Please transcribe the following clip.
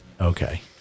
Okay